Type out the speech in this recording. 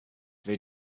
they